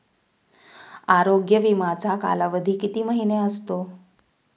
आरोग्य विमाचा कालावधी किती महिने असतो?